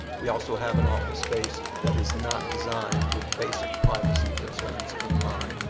we also have an office space that is not designed with basic privacy concerns in mind.